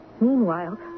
Meanwhile